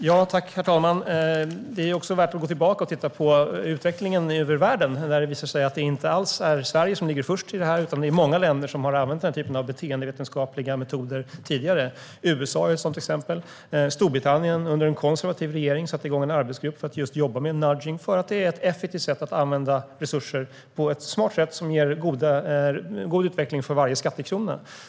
Herr talman! Det är också värt att gå tillbaka och titta på utvecklingen över världen. Det visar sig att det inte alls är Sverige som ligger först i detta. Det är många länder som har använt den här typen av beteendevetenskapliga metoder tidigare. USA är ett sådant exempel. Storbritannien satte under en konservativ regering igång en arbetsgrupp för att jobba med nudging. Det är ett effektivt sätt att använda resurser på ett smart sätt som ger god utveckling för varje skattekrona.